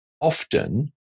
often